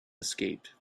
escaped